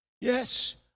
Yes